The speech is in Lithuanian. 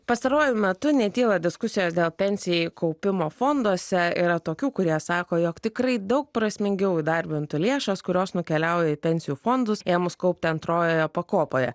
pastaruoju metu netyla diskusijos dėl pensijai kaupimo fonduose yra tokių kurie sako jog tikrai daug prasmingiau įdarbintų lėšas kurios nukeliauja į pensijų fondus ėmus kaupti antrojoje pakopoje